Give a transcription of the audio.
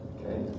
Okay